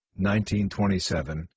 1927